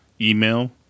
email